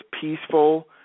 peaceful